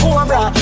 Cobra